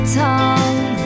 tongue